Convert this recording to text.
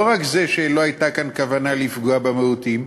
לא רק שלא הייתה כאן כוונה לפגוע במיעוטים,